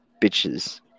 bitches